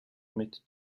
мэт